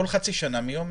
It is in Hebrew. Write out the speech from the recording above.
כל חצי שנה מיום